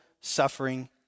suffering